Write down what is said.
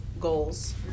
goals